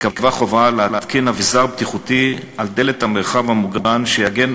תיקבע חובה להתקין על דלת המרחב המוגן אביזר בטיחותי שיגן